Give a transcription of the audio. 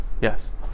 Yes